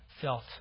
felt